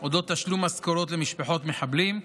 על תשלום משכורות למשפחות מחבלים,